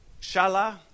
Shala